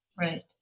right